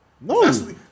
No